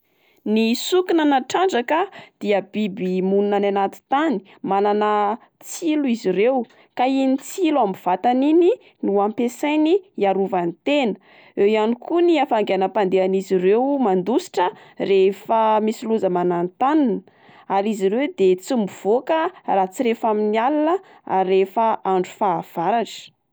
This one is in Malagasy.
Ny sokina na trandraka a dia biby monina any anaty tany. Manana tsilo izy ireo ka iny tsilo amin'ny vatany iny no ampiasainy hiarovany tena, eo ihany koa ny hafainganam-pandehan'izy ireo mandositra rehefa misy loza mananontanina, ary izy ireo de tsy mivoka raha tsy rehefa amin'ny alina ary rehefa andro fahavaratra.